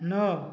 ନଅ